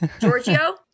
Giorgio